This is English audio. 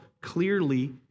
clearly